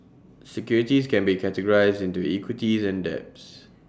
securities can be categorized into equities and debts